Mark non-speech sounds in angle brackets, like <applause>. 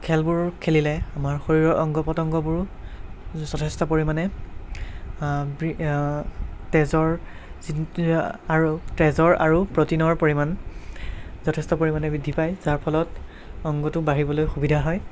খেলবোৰ খেলিলে আমাৰ শৰীৰৰ অংগ প্ৰতংগবোৰো যথেষ্ট পৰিমাণে তেজৰ <unintelligible> আৰু তেজৰ আৰু প্ৰটিনৰ পৰিমাণ যথেষ্ট পৰিমাণে বৃদ্ধি পায় যাৰ ফলত অংগটো বাঢ়িবলৈ সুবিধা হয়